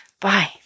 bye